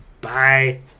bye